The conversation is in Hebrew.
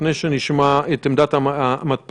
לפני שנשמע את עמדת המתפ"ש,